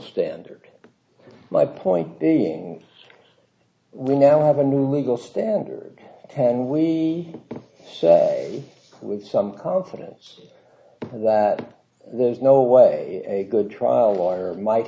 standard my point being we now have a new legal standard ten we say with some confidence that there's no way a good trial lawyer might